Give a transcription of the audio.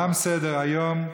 תם סדר-היום.